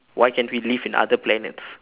why can't we live in other planets